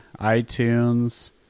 iTunes